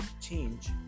change